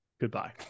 Goodbye